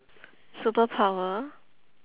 superpower